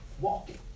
walking